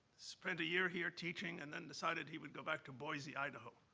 spent a year here teaching and then decided he would go back to boise, idaho.